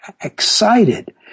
excited